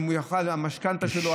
אם המשכנתה שלו,